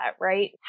Right